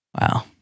Wow